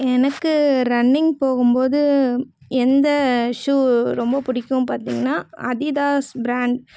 எனக்கு ரன்னிங் போகும்போது எந்த ஷூ ரொம்ப பிடிக்கும் பார்த்தீங்கன்னா அதிதாஸ் பிராண்ட்